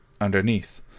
underneath